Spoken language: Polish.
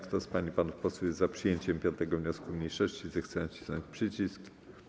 Kto z pań i panów posłów jest za przyjęciem 5. wniosku mniejszości, zechce nacisnąć przycisk.